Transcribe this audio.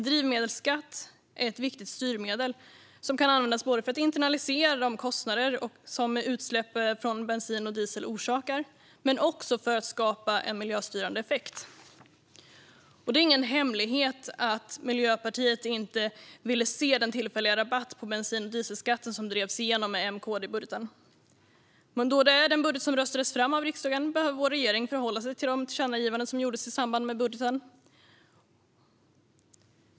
Drivmedelsskatt är ett viktigt styrmedel, som kan användas både för att internalisera de kostnader som utsläpp från bensin och diesel orsakar men också för att skapa en miljöstyrande effekt. Det är ingen hemlighet att Miljöpartiet inte ville se den tillfälliga rabatt på bensin och dieselskatten som drevs igenom med M-KD-budgeten, men då det är den budget som röstades fram av riksdagen behöver vår regering förhålla sig till de tillkännagivanden som gjordes i samband med budgeten.